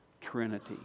Trinity